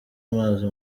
amazi